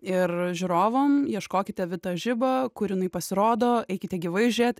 ir žiūrovam ieškokite vita žiba kur jinai pasirodo eikite gyvai žiūrėt